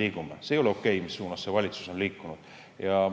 liigume, see ei ole okei, mis suunas see valitsus on liikunud. Ja